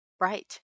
Right